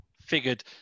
Figured